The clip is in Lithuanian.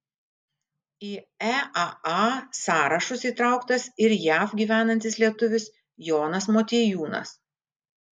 į eaa sąrašus įtrauktas ir jav gyvenantis lietuvis jonas motiejūnas